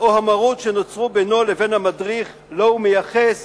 או המרות שנוצרו בינו לבין המדריך שלו הוא מייחס